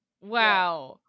wow